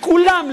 לכולם,